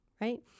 right